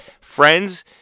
friends